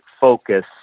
focus